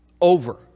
over